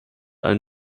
einen